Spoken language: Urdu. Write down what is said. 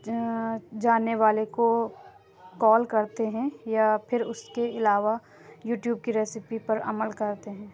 جاننے والے کو کال کرتے ہیں یا پھر اُس کے علاوہ یوٹیوب کی ریسیپی پر عمل کرتے ہیں